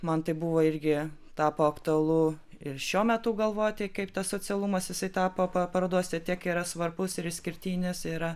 man tai buvo irgi tapo aktualu ir šiuo metu galvoti kaip tas socialumas jisai tapo parodose tiek yra svarbus ir išskirtinis yra